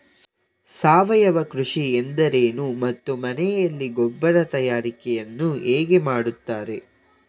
ಸಾವಯವ ಕೃಷಿ ಎಂದರೇನು ಮತ್ತು ಮನೆಯಲ್ಲಿ ಗೊಬ್ಬರ ತಯಾರಿಕೆ ಯನ್ನು ಹೇಗೆ ಮಾಡುತ್ತಾರೆ?